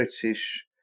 British